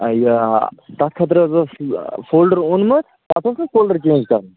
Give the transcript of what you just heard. آ یہ آ تَتھ خٲطرٕ حظ اوس فولڈَر اوٚنمُت تَتھ اوسنا فولڈَر چینٛج کَرُن